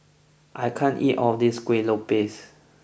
I can't eat all of this Kueh Lopes